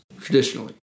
traditionally